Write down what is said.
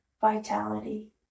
vitality